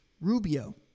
Rubio